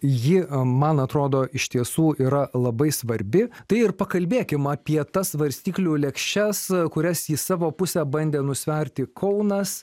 ji man atrodo iš tiesų yra labai svarbi tai ir pakalbėkime apie tas svarstyklių lėkštes kurias į savo pusę bandė nusverti kaunas